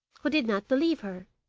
who did not believe her.